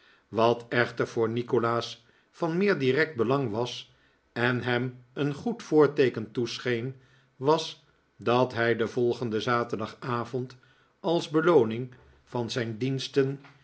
wat echter voor nikolaas van meer direct belang was en hem een goed voorteeken toescheen was dat hij den volgenden zaterdagavond als belooning van zijn diensten